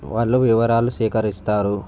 వాళ్ళు వివరాలు సేకరిస్తారు